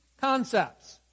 concepts